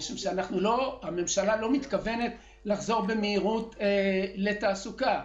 כי הממשלה לא מתכוונת לחזור במהירות לתעסוקה.